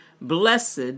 Blessed